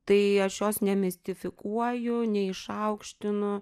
tai aš jos nemistifikuoju neišaukštinu